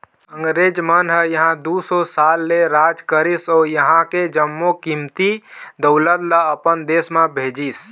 अंगरेज मन ह इहां दू सौ साल ले राज करिस अउ इहां के जम्मो कीमती दउलत ल अपन देश म भेजिस